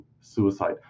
suicide